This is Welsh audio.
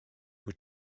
wyt